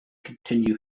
continue